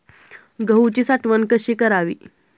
गहूची साठवण कशी करावी?